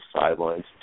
sidelines